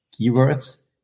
keywords